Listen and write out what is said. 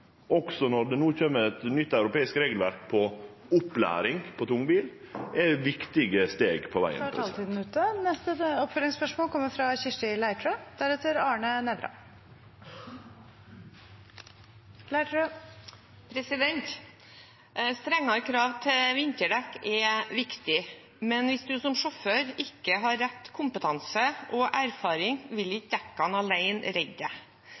også når det no kjem eit nytt europeisk regelverk for opplæring på tungbil, er viktige steg på vegen. Kirsti Leirtrø – til oppfølgingsspørsmål. Strengere krav til vinterdekk er viktig, men hvis du som sjåfør ikke har rett kompetanse og erfaring, vil